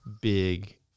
big